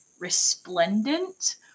Resplendent